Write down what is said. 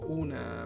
una